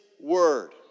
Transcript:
word